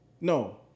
No